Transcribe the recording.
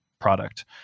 product